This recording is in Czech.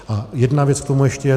A jedna věc k tomu ještě.